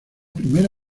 primera